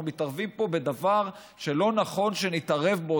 אנחנו מתערבים פה בדבר שלא נכון שנתערב בו.